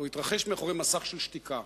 והתרחש מאחורי מסך של שתיקה.